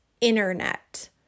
internet